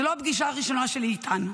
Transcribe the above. זאת לא הפגישה הראשונה שלי איתן.